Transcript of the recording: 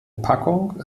packung